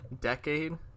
decade